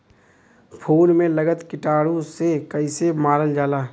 फूल में लगल कीटाणु के कैसे मारल जाला?